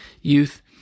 youth